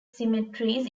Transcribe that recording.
symmetries